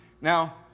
Now